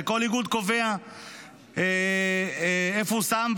וכל איגוד קובע איפה הוא שם,